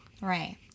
Right